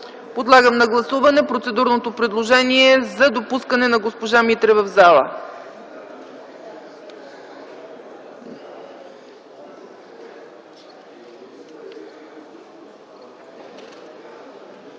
Моля, гласувайте процедурното предложение за допускане на госпожа Митрева в залата.